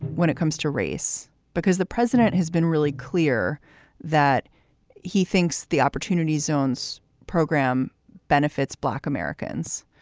when it comes to race, because the president has been really clear that he thinks the opportunity zones program benefits black americans.